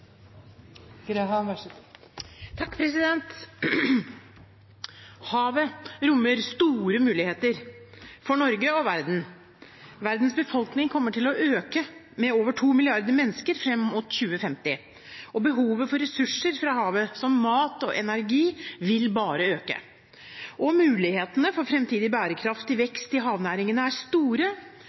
bekymret president fra Palau. Det er forståelig. Havet rommer store muligheter, for Norge og for verden. Verdens befolkning kommer til å øke med over to milliarder mennesker fram mot 2050. Behovet for ressurser fra havet, som mat og energi, vil bare øke, og mulighetene for framtidig bærekraftig vekst i havnæringene er store.